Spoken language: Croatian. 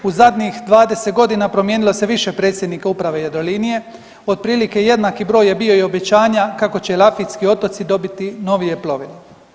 U zadnjih 20 godina promijenilo se više predsjednika Uprave Jadrolinije, otprilike jednaki broj je bio i obećanja kako će Elafidski otoci dobiti novije plovilo.